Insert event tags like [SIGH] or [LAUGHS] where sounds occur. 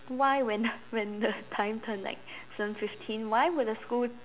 why when [LAUGHS] when the time turned like seven fifteen why would the school